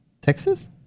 Texas